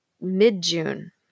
mid-June